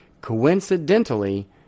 Coincidentally